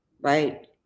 right